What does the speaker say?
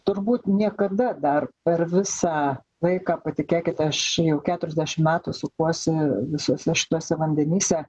turbūt niekada dar per visą tą laiką patikėkite aš jau keturiasdešimt metų sukuosi visuose šituose vandenyse